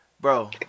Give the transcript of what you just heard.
Bro